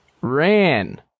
ran